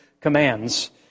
commands